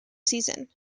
season